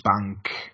Bank